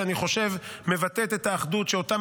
שאני חושב שהיא מבטאת את האחדות שאותם